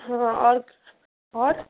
हाँ और और